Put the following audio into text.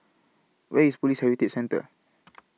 Where IS Police Heritage Centre